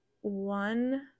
one